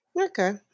Okay